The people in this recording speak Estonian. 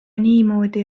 niimoodi